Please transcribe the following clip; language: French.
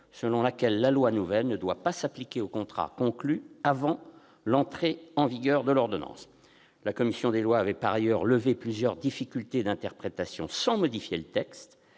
selon laquelle la loi nouvelle ne doit pas s'appliquer aux contrats conclus avant l'entrée en vigueur de l'ordonnance. La commission des lois avait par ailleurs levé plusieurs difficultés d'interprétation, sans modifier le texte,